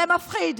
זה מפחיד,